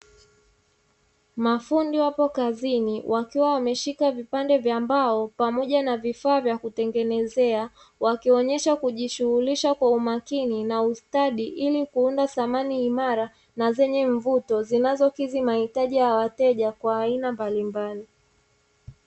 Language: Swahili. Mafundi wapo kazini wakiwa wameshika vipande vya mbao, pamoja na vifaa vya kutengenezea wakionyesha kujishughulisha kwa umakini na ustadi ili kuunda samani imara na zenye mvuto, zinazokidhi mahitaji ya wateja wa aina mbalimbali.